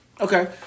Okay